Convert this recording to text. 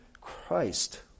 Christ